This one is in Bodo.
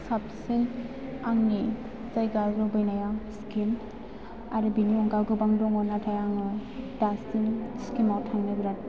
साबसिन आंनि जायगा लुबैनाया सिक्किम आरो बेनि अनगा गोबां दङ नाथाय आङो दासिम सिक्किमाव थांनो बिराद